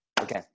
okay